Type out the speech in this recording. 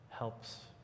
helps